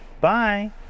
Bye